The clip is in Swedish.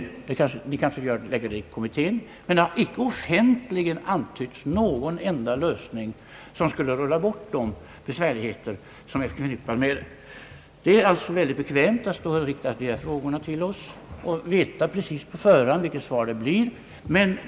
De borgerliga partierna kanske kommer med något förslag i kommittén, men det har ännu icke offentligt antytts någon enda lösning, som skulle kunna rulla bort de besvärligheter som är förknippade med frågans lösning. Det är alltså mycket bekvämt att rikta dessa frågor till oss och på förhand veta vad svaret blir.